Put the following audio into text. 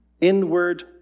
inward